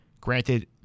Granted